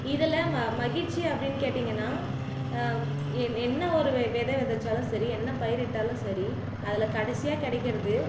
இதில் மகிழ்ச்சி அப்படின்னு கேட்டிங்கன்னா என்ன ஒரு வெதை வெதைச்சாலும் சரி என்ன பயிரிட்டாலும் சரி அதில் கடைசியாக கிடைக்கிறது